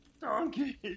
Donkey